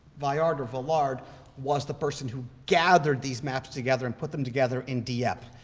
vallard vallard was the person who gathered these maps together and put them together in dieppe.